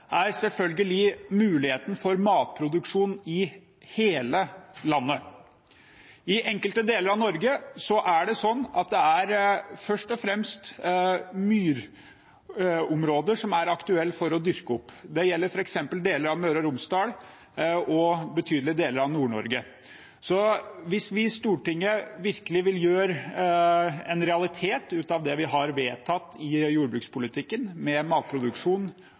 er selvfølgelig muligheten for matproduksjon i hele landet. I enkelte deler av Norge er det først og fremst myrområder som er aktuelle å dyrke opp. Det gjelder f.eks. deler av Møre og Romsdal og betydelige deler av Nord-Norge. Så hvis vi i Stortinget virkelig vil gjøre en realitet av det vi har vedtatt i jordbrukspolitikken, med matproduksjon